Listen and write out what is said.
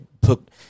put